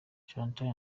chantal